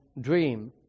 dream